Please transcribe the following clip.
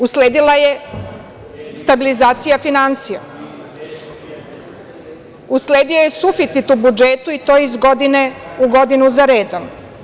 Usledila je stabilizacija finansija, usledio je suficit u budžetu, i to iz godine u godinu za redom.